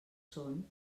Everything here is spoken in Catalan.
són